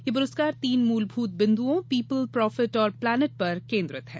यह पुरस्कार तीन मूलभूत बिन्दुओं पीपुल प्रॉफिट और प्लानेट पर केन्द्रित है